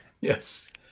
Yes